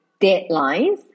deadlines